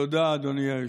תודה, אדוני היושב-ראש.